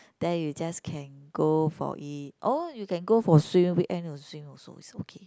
then you just can go for it oh you can go for swim weekend also swim also is okay